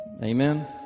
Amen